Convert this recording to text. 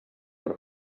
per